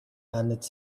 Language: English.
and